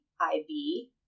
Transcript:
IB